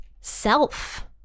self